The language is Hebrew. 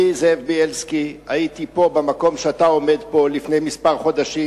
אני זאב בילסקי הייתי פה במקום שאתה עומד פה לפני כמה חודשים